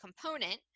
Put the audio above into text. component